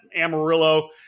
Amarillo